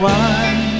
one